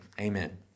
amen